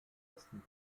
ersten